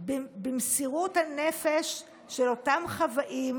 במסירות הנפש של אותם חוואים,